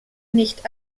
nicht